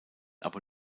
aber